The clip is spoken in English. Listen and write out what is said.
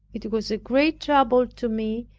it was a great trouble to me,